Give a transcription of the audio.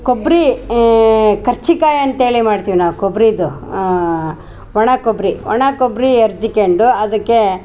ಕೊಬ್ಬರಿ ಕರ್ಚಿಕಾಯಿ ಅಂತ್ಹೇಳಿ ಮಾಡ್ತೀವಿ ನಾವು ಕೊಬ್ಬರಿದು ಒಣ ಕೊಬ್ಬರಿ ಒಣ ಕೊಬ್ಬರಿ ಅರ್ಜಿಕೆಂಡು ಅದಕ್ಕೆ